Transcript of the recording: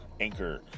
anchor